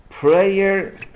Prayer